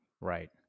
right